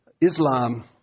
Islam